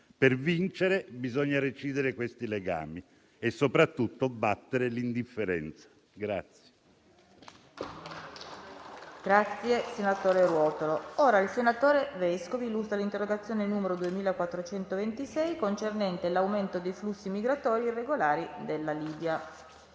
Per vincere bisogna recidere questi legami e soprattutto battere l'indifferenza.